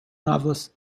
novelist